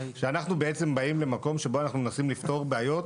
אנחנו בעצם באים למקום שבו אנחנו מנסים לפתור בעיות,